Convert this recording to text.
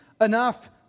enough